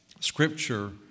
scripture